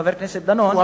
חבר הכנסת דנון,